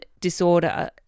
disorder